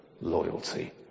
loyalty